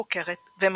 חוקרת ומרצה.